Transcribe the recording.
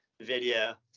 video